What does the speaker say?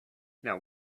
now